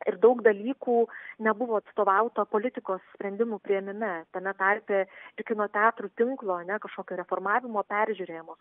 ir daug dalykų nebuvo atstovauta politikos sprendimų priėmime tame tarpe tai kino teatrų tinklo ar ne kažkokio reformavimo peržiūrėjimo